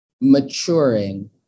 maturing